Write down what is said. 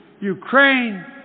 Ukraine